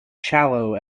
shallow